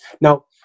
Now